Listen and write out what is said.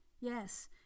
Yes